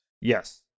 Yes